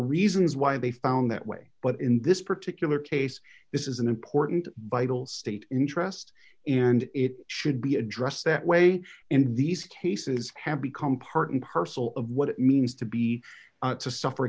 reasons why they found that way but in this particular case this is an important beigel state interest and it should be addressed that way and these cases have become part and parcel of what it means to be to suffer